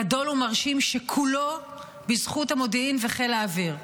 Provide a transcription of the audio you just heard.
גדול ומרשים, שכולו בזכות המודיעין וחיל האוויר.